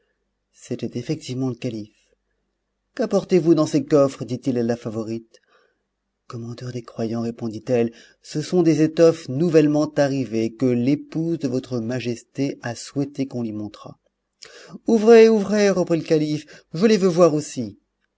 c'était effectivement le calife quapportez vous dans ces coffres dit-il à la favorite commandeur des croyants répondit-elle ce sont des étoffes nouvellement arrivées que l'épouse de votre majesté a souhaité qu'on lui montrât ouvrez ouvrez reprit le calife je les veux voir aussi